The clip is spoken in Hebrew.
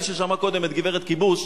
מי ששמע קודם את גברת כיבוש,